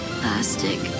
plastic